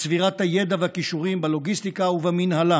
בצבירת הידע והכישורים בלוגיסטיקה ובמינהלה.